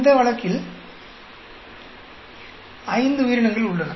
இந்த வழக்கில் ஐந்து உயிரினங்கள் உள்ளன